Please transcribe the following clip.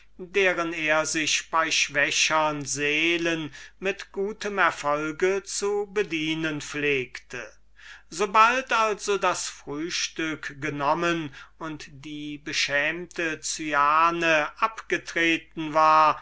deren er sich bei schwachem seelen mit gutem erfolg zu bedienen pflegte sobald also das frühstück genommen und die beschämte cyane abgetreten war